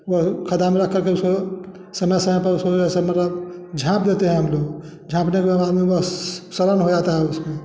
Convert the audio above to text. वह खड्ढा में रख कर उसको समय समय पर उसको छाप देंतें है हम लोग छापने के बाद सड़न हो जाता उसमें